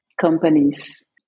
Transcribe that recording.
companies